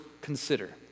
consider